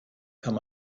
kann